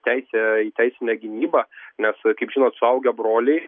teisė į teisinę gynybą nes kaip žinot suaugę broliai